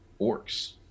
orcs